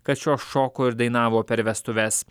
kad šios šoko ir dainavo per vestuves